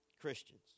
Christians